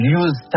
use